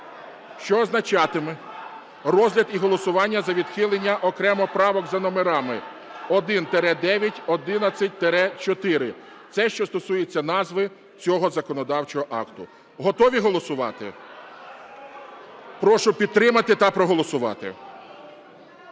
що означатиме розгляд і голосування за відхилення окремо правок за номерами 1-9, 11-4. Це що стосується назви цього законодавчого акта. Готові голосувати? Прошу підтримати та проголосувати.